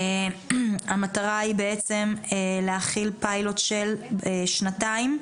המטרה היא בעצם להכיל פיילוט של שנתיים,